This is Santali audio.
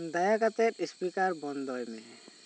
ᱫᱟᱭᱟ ᱠᱟᱛᱮ ᱤᱥᱯᱤᱠᱟᱨ ᱵᱚᱱᱫᱚᱭ ᱢᱮ